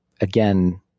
again